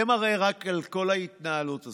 זה מראה רק על כל ההתנהלות הזאת.